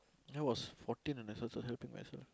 I was fourteen when I start to helping myself